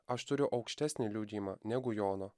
aš turiu aukštesnį liudijimą negu jono